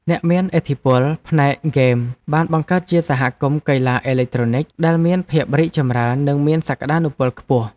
អ្នកមានឥទ្ធិពលផ្នែកហ្គេមបានបង្កើតជាសហគមន៍កីឡាអេឡិចត្រូនិកដែលមានភាពរីកចម្រើននិងមានសក្តានុពលខ្ពស់។